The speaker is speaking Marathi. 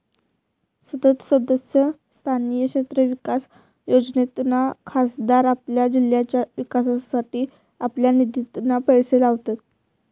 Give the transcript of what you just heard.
संसद सदस्य स्थानीय क्षेत्र विकास योजनेतना खासदार आपल्या जिल्ह्याच्या विकासासाठी आपल्या निधितना पैशे लावतत